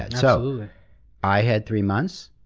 so i had three months,